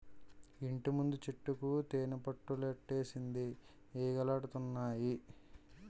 ఇంటిముందు చెట్టుకి తేనిపట్టులెట్టేసింది ఈగలాడతన్నాయి